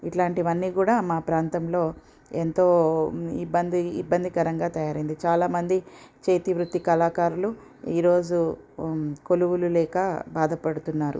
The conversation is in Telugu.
ఇట్లాంటివన్నీ కూడా మా ప్రాంతంలో ఎంతో ఇబ్బంది ఇబ్బందికరంగా తయారయింది చాలామంది చేతివృత్తి కళాకారులు ఈ రోజు కొలువులు లేక బాధపడుతున్నారు